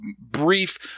brief